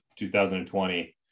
2020